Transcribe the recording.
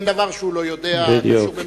אין דבר שהוא אינו יודע בתחום משרדו,